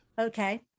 okay